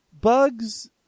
bugs